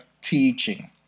teaching